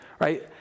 Right